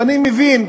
ואני מבין,